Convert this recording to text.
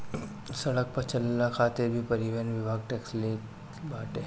सड़क पअ चलला खातिर भी परिवहन विभाग टेक्स लेट बाटे